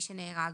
שנהרג.